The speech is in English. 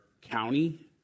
county